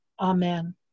Amen